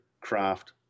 craft